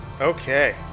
Okay